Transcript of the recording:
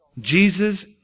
Jesus